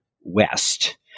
West